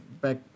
back